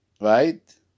right